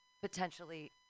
potentially